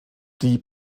die